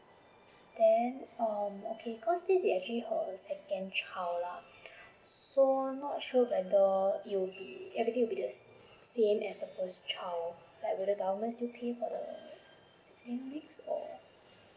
then um okay cause this is actually her second child lah um so not sure whether it will be everything will be the same as the first child like will the government still pay for the sixteen weeks or